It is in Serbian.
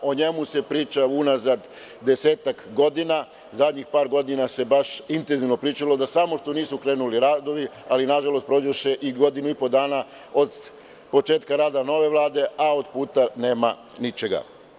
O njemu se priča unazad desetak godina, zadnjih par godine se baš intenzivno pričalo da samo što nisu krenuli radovi ali nažalost prođoše i godinu i po dana od početka rada nove Vlade, a od puta nema ničega.